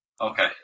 Okay